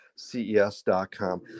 ces.com